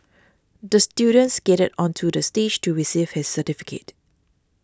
the student skated onto the stage to receive his certificate